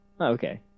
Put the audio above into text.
Okay